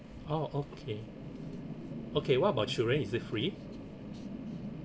oh okay okay what about children is it free